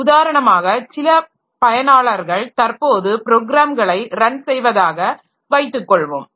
உதாரணமாக சில பயனாளர்கள் தற்போது ப்ரோக்ராம்களை ரன் செய்வதாக வைத்துக் கொள்வோம்